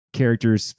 characters